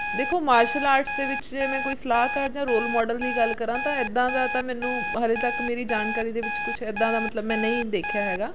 ਦੇਖੋ martial arts ਦੇ ਵਿੱਚ ਜੇ ਮੈਂ ਕੋਈ ਸਲਾਹਕਾਰ ਜਾਂ ਰੋਲ ਮਾਡਲ ਦੀ ਗੱਲ ਕਰਾਂ ਤਾਂ ਇੱਦਾਂ ਦਾ ਤਾਂ ਮੈਨੂੰ ਹਾਲੇ ਤੱਕ ਮੇਰੀ ਜਾਣਕਾਰੀ ਦੇ ਵਿੱਚ ਕੁਛ ਇੱਦਾਂ ਦਾ ਮਤਲਬ ਮੈਂ ਨਹੀਂ ਦੇਖਿਆ ਹੈਗਾ